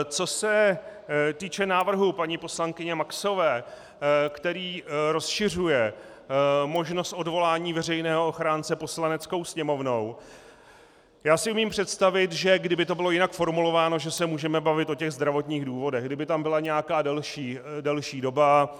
Co se týče návrhu paní poslankyně Maxové, který rozšiřuje možnost odvolání veřejného ochránce Poslaneckou sněmovnou, já si umím představit, že kdyby to bylo jinak formulováno, že se můžeme bavit o zdravotních důvodech, kdyby tam byla nějaká delší doba.